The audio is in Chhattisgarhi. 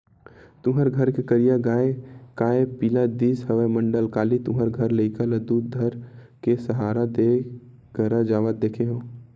तुँहर घर के करिया गाँय काय पिला दिस हवय मंडल, काली तुँहर घर लइका ल दूद धर के सहाड़ा देव करा जावत देखे हँव?